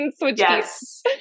Yes